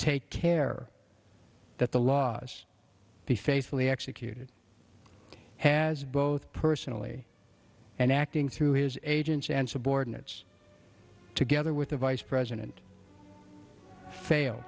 take care that the laws be faithfully executed has both personally and acting through his agents and subordinates together with the vice president failed